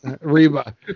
Reba